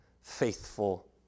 faithful